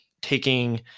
taking